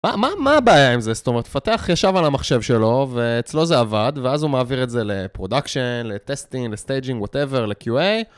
מה הבעיה עם זה? זאת אומרת, מפתח ישב על המחשב שלו ואצלו זה עבד ואז הוא מעביר את זה לפרודקשן, לטסטינג, לסטייג'ינג, וואטאבר, ל-QA.